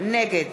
נגד